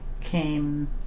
came